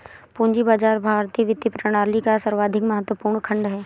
पूंजी बाजार भारतीय वित्तीय प्रणाली का सर्वाधिक महत्वपूर्ण खण्ड है